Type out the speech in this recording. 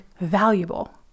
valuable